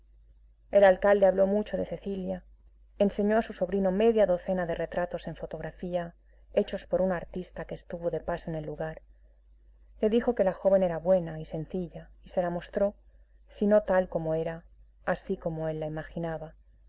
el alcalde habló mucho de cecilia enseñó a su sobrino media docena de retratos en fotografía hechos por un artista que estuvo de paso en el lugar le dijo que la joven era buena y sencilla y se la mostró si no tal como era así como él la imaginaba